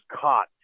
caught